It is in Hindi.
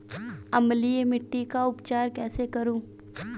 अम्लीय मिट्टी का उपचार कैसे करूँ?